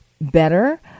better